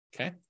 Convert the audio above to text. Okay